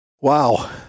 Wow